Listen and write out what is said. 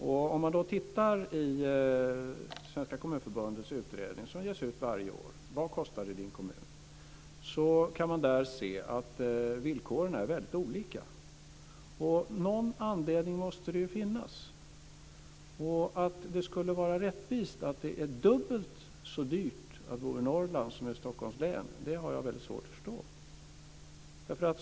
När man tittar på Svenska Kommunförbundets utredning som ges ut varje år - Så kostar det i din kommun - kan man se att villkoren är väldigt olika. Någon anledning måste det ju finnas. Att det skulle vara rättvist, att det är dubbelt så dyrt att bo i Norrland som i Stockholms län har jag svårt att förstå.